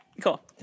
Cool